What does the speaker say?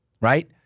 right